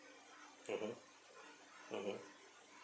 mmhmm mmhmm